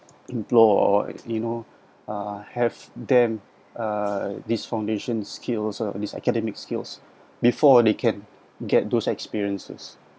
implore or you know uh have them uh this foundation skills or this academic skills before they can get those experiences